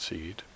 Seed